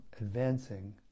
advancing